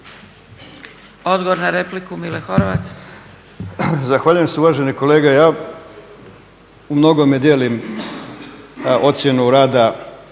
**Horvat, Mile (SDSS)** Zahvaljujem se uvaženi kolega. Ja u mnogome dijelim ocjenu rada